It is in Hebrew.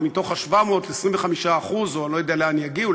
ומתוך ה-700 25% או אני לא יודע לאן יגיעו,